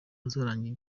uzarangira